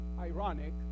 ironic